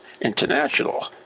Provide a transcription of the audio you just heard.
International